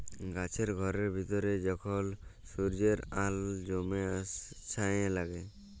কাছের ঘরের ভিতরে যখল সূর্যের আল জ্যমে ছাসে লাগে